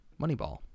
Moneyball